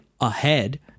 ahead